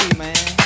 man